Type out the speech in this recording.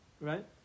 Right